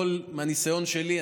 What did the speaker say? מהניסיון שלי,